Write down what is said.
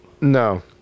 No